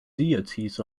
deities